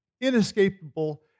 inescapable